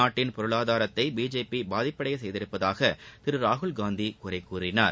நாட்டின் பொருளாதாரத்தை பிஜேபி பாதிப்படைய செய்துள்ளதாக திரு ராகுல் காந்தி குறை கூறினார்